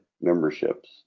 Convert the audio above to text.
memberships